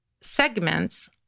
segments